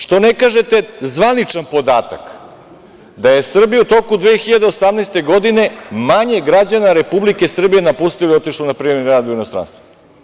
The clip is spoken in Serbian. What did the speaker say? Zašto ne kažete zvaničan podatak da je Srbiju u toku 2018. godine manje građana Republike Srbije napustilo i otišlo na privremeni rad u inostranstvo?